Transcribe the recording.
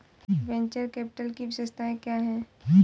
Venture capital की विशेषताएं क्या हैं?